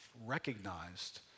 recognized